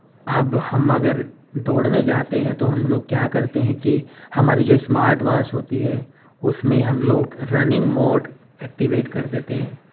اب ہم اگر دوڑنے جاتے ہیں تو ہم لوگ کیا کرتے ہیں کہ ہماری جو اسمارٹ واچ ہوتی ہے اس میں ہم لوگ رننگ موڈ ایکٹیویٹ کر دیتے ہیں